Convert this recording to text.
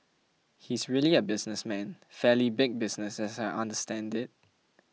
he's really a businessman fairly big business as I understand it